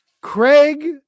Craig